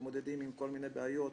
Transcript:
מתמודדים עם כל מיני בעיות,